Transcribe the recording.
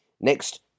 Next